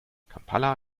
kampala